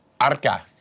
Arca